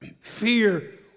Fear